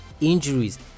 injuries